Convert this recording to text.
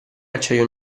acciaio